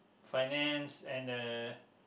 finance and uh